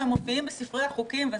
והם מופיעים בספרי החוקים.